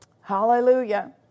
Hallelujah